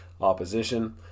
opposition